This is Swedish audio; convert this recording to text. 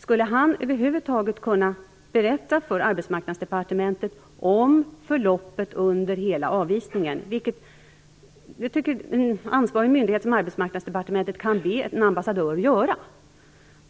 Skulle han över huvud taget kunna berätta för Arbetsmarknadsdepartementet om förloppet under hela avvisningen, vilket en ansvarig myndighet som Arbetsmarknadsdepartementet kan be en ambassadör göra,